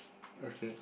okay